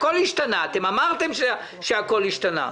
הכול השתנה, אמרתם שהכול השתנה.